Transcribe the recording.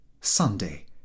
Sunday